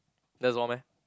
that's all meh